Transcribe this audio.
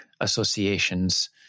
associations